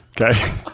Okay